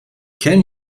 can